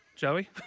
Joey